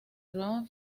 como